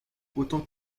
autant